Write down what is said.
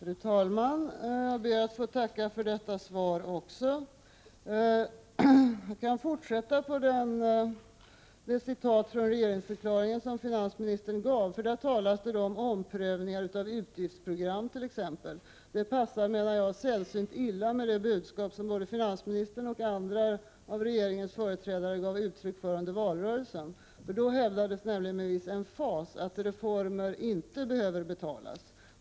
Fru talman! Jag ber att få tacka också för detta svar. Först vill jag ta upp den hänvisning till regeringsförklaringen som finansministern gjorde. Det talas där t.ex. om omprövningar av utgiftsprogram. Det passar, menar jag, sällsynt illa ihop med det budskap som såväl finansministern som andra av regeringens företrädare gav uttryck för under valrörelsen. Då hävdades nämligen med viss emfas att reformer inte behöver betalas.